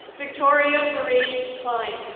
victoria marie kline.